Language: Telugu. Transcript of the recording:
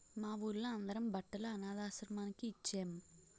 మా వూళ్ళో అందరం బట్టలు అనథాశ్రమానికి ఇచ్చేం